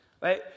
Right